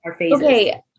Okay